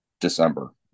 December